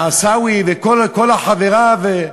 עיסאווי וכל חבריו,